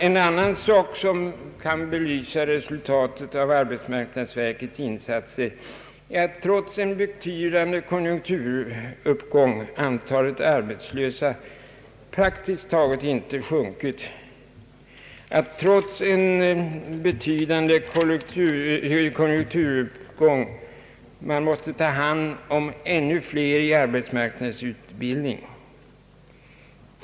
En annan sak som kan belysa resultatet av arbetsmarknadsverkets insatser är att, trots en beiydande konjunkturuppgång, antalet arbetslösa praktiskt taget inte sjunkit; att man trots en betydande konjunkturuppgång måste ta hand om ännu fler i arbetsmarknadsutbildning än tidigare.